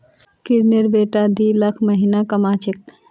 किरनेर बेटा दी लाख महीना कमा छेक